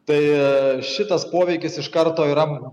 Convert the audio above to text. tai šitas poveikis iš karto yra